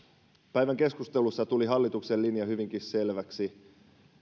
päivän keskustelussa tuli hallituksen linja hyvinkin selväksi ja